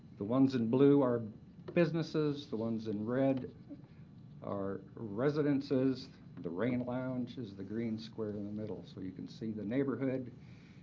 the ones in blue are the businesses. the ones in red are residences. the reign lounge is the green square in the middle. so you can see the neighborhood.